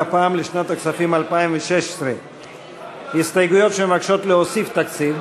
אבל הפעם לשנת הכספים 2016. הסתייגויות שמבקשות להוסיף תקציב.